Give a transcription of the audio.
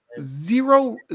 zero